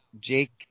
Jake